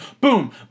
boom